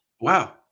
Wow